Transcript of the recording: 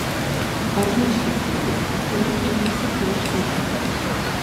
parbloškei tuos kurie kėlėsi prieš tave